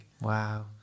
Wow